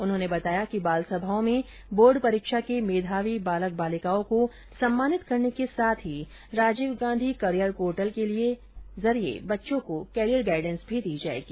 उन्होंने बताया कि बालसभाओं में बोर्ड परीक्षा के मेधावी बालक बालिकाओं को सम्मानित करने के साथ ही राजीव गाँधी कैरियर पोर्टल के जरिए बच्चों को कैरियर गाइडेंस भी दी जाएगी